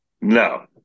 No